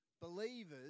Believers